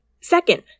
Second